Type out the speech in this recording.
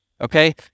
okay